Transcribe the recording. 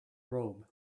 robe